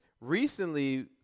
recently